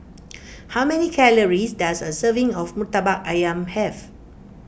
how many calories does a serving of Murtabak Ayam have